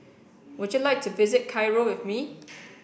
would you like to visit Cairo with me